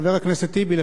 חבר הכנסת טיבי,